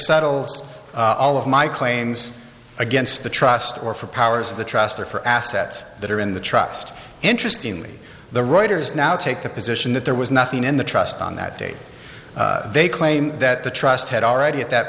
settles all of my claims against the trust or for powers of the trust or for assets that are in the trust interesting only the writers now take the position that there was nothing in the trust on that date they claim that the trust had already at that